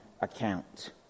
account